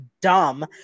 dumb